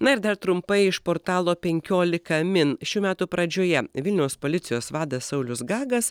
na ir dar trumpai iš portalo penkiolika min šių metų pradžioje vilniaus policijos vadas saulius gagas